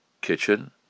kitchen